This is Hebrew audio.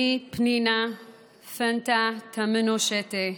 אני פנינה-פנטה תמנו שטה,